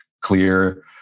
clear